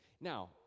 Now